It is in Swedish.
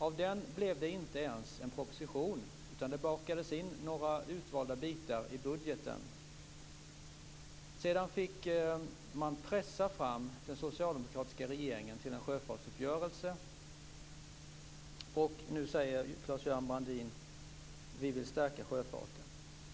Av den blev det inte ens en proposition, utan det bakades in några utvalda bitar i budgeten. Sedan fick man pressa den socialdemokratiska regeringen till en sjöfartsuppgörelse, och nu säger Claes-Göran Brandin: Vi vill stärka sjöfarten.